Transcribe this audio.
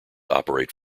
operate